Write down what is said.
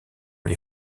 les